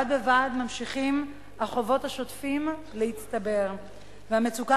בד בבד ממשיכים החובות השוטפים להצטבר והמצוקה